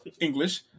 English